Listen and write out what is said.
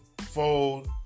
fold